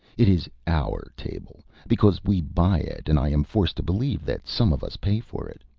it is our table, because we buy it, and i am forced to believe that some of us pay for it.